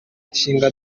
nshinga